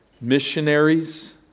missionaries